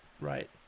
Right